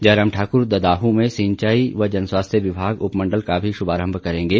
जयराम ठाकुर ददाहू में सिंचाई व जन स्वास्थ्य विभाग उपमण्डल का भी शुभारंभ करेंगे